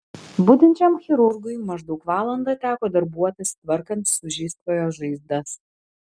budinčiam chirurgui maždaug valandą teko darbuotis tvarkant sužeistojo žaizdas